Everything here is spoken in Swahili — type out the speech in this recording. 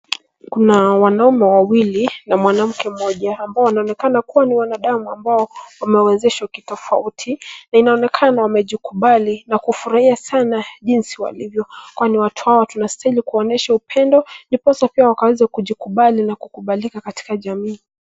Kuna wanaume wawili na mwanamke mmoja ambao wanaonekana kuwa ni wanadamu ambao wamewezeshwa kitofauti na inaonekana wamejikubali na kufurahia sana jinsi walivyo kwani watu hao tunastahili kuwaonyesha upendo ndiposa pia wakaweze kujikibali na kukubalika katika jamii.